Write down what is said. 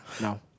no